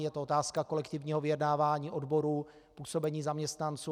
Je to otázka kolektivního vyjednávání odborů, působení zaměstnanců.